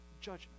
judgment